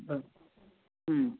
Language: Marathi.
बर